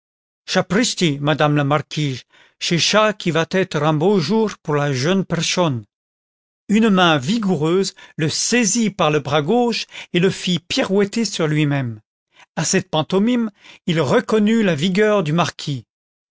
chaprichti madame la marquige ch'est cha qui va t être un beau jour pour la june perchonne une main vigoureuse le saisit par le bras gauche et le fit pirouetter sur lui-même a cette pantomime il reconnut la vigueur du marquis